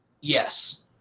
Yes